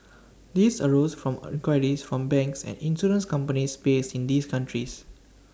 these arose from inquiries from banks and insurance companies based in these countries